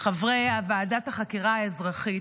חברי ועדת החקירה האזרחית,